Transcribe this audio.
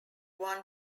one